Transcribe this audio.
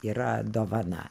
yra dovana